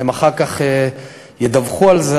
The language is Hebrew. הם אחר כך ידווחו על זה.